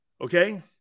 Okay